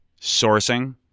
sourcing